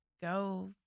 go